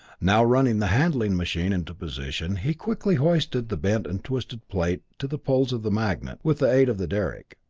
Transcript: now, running the handling machine into position, he quickly hoisted the bent and twisted plate to the poles of the magnet, with the aid of the derrick.